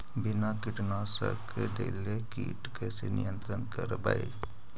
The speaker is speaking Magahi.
बिना कीटनाशक देले किट कैसे नियंत्रन करबै?